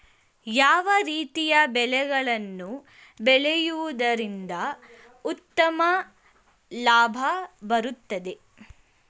ಯಾವ ರೀತಿಯ ಬೆಳೆಗಳನ್ನು ಬೆಳೆಯುವುದರಿಂದ ಉತ್ತಮ ಲಾಭ ಬರುತ್ತದೆ?